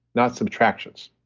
not subtractions.